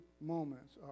moments